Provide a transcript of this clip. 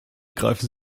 greifen